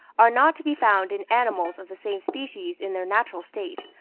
are not to be found in animals of the same species in their natural state,